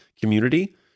community